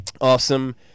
Awesome